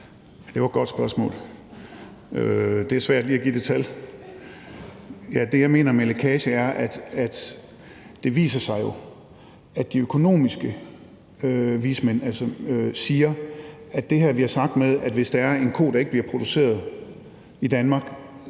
Det var et godt spørgsmål. Det er svært lige at give det tal. Det, jeg mener med lækage, er, at det jo viser sig – de økonomiske vismænd siger det – at det, vi har sagt, om, at hvis der er en ko, der ikke bliver produceret i Danmark,